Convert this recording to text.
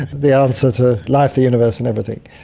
the answer to life, the universe and everything.